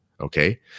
okay